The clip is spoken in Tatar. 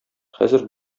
хәзер